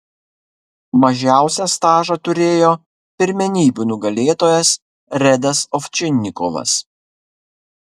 mažiausią stažą turėjo pirmenybių nugalėtojas redas ovčinikovas